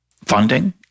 funding